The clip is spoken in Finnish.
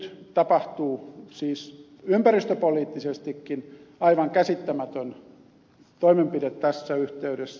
nyt tapahtuu siis ympäristöpoliittisestikin aivan käsittämätön toimenpide tässä yhteydessä